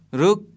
ruk